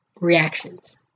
reactions